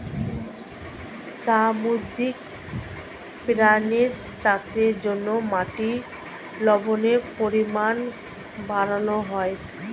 সামুদ্রিক প্রাণীদের চাষের জন্যে মাটির লবণের পরিমাণ বাড়ানো হয়